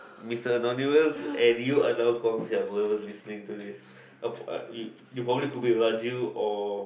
Mister Anonymous and you allow Guang-Xiang whoever is listening to this a a you you probably could be Raju or